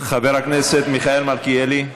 חבר הכנסת מיכאל מלכיאלי,